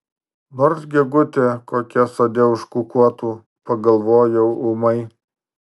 nors gegutė kokia sode užkukuotų pagalvojau ūmai